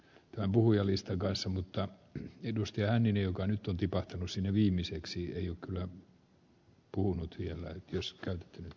poimuja listan kanssa mutta edustajainin joka nyt on tipatrosin viimeiseksi ei ole puhunut arvoisa puhemies